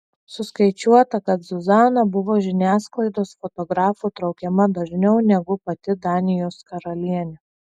suskaičiuota kad zuzana buvo žiniasklaidos fotografų traukiama dažniau negu pati danijos karalienė